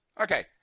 Okay